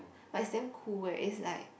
but it's damn cool eh it's like